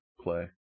play